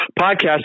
podcast